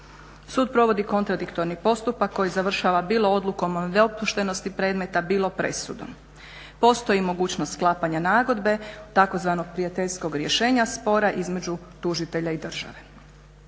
Sud provodi kontradiktorni postupak koji završava bilo odlukom o nedopuštenosti predmeta bilo presudom. Postoji mogućnost sklapanja nagodbe, tzv. prijateljskog rješenja, spora između tužitelja i države.